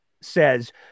says